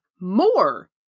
more